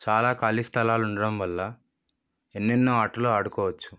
చాలా ఖాళీ స్థలాలు ఉండడంవల్ల ఎన్నెన్నో ఆటలు ఆడుకోవచ్చు